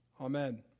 Amen